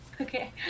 Okay